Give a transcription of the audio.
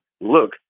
look